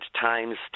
times